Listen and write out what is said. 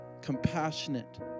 compassionate